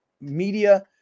media